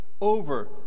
over